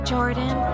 Jordan